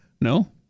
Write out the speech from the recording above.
No